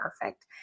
perfect